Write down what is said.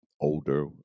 older